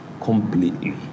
completely